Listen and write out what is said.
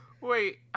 Wait